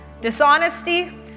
Dishonesty